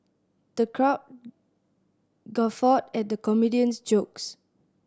the crowd guffawed at the comedia's jokes